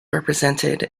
represented